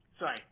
Sorry